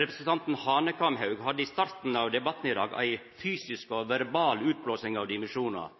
Representanten Hanekamhaug hadde i starten av debatten i dag ei fysisk og verbal utblåsing av dimensjonar